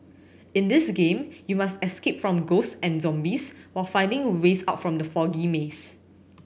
in this game you must escape from ghost and zombies while finding a ways out from the foggy maze